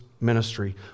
ministry